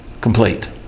complete